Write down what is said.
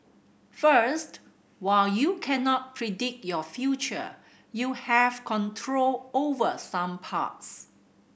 first while you cannot predict your future you have control over some parts